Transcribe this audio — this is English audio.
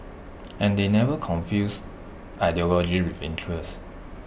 and they never confused ideology with interest